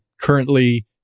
currently